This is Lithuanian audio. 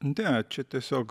ne čia tiesiog